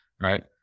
right